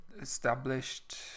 Established